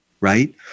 right